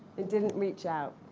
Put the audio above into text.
it didn't reach out.